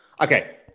Okay